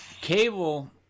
Cable